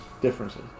differences